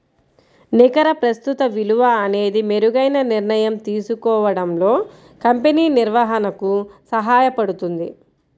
నికర ప్రస్తుత విలువ అనేది మెరుగైన నిర్ణయం తీసుకోవడంలో కంపెనీ నిర్వహణకు సహాయపడుతుంది